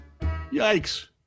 Yikes